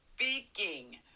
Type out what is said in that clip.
speaking